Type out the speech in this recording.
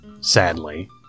sadly